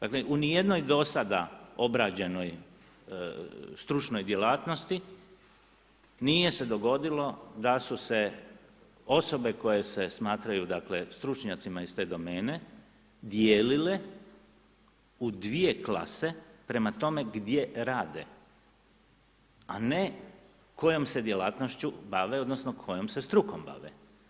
Dakle u ni jednoj do sada obrađenoj stručnoj djelatnosti nije se dogodilo da su se osobe koje se smatraju dakle stručnjacima iz te domene dijelile u dvije klase prema tome gdje rade a ne kojom se djelatnošću bave odnosno kojom se strukom bave.